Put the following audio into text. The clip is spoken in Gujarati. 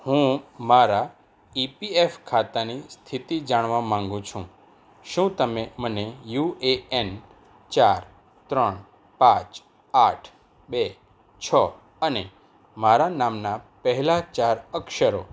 હું મારા ઇપીએફ ખાતાની સ્થિતિ જાણવા માગું છું શું તમે મને યુ એ એન ચાર ત્રણ પાંચ આઠ બે છ અને મારા નામના પહેલાં ચાર અક્ષરો